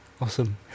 Awesome